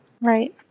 Right